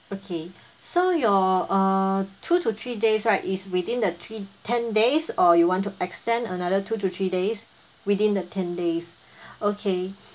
okay so your uh two to three days right is within the three ten days or you want to extend another two to three days within the ten days okay